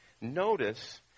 Notice